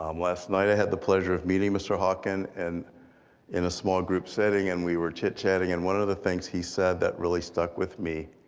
um last night, i had the pleasure of meeting mr. hawken and in a small group setting and we were chit-chatting, and one of the things he said that really stuck with me,